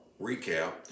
recap